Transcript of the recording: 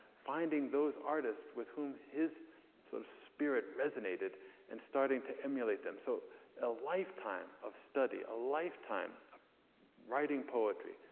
finding those artists with whom his sort of spirit resonated and starting to emulate them. so a lifetime of study, a lifetime of writing poetry,